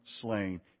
slain